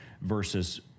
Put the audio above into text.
versus